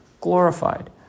glorified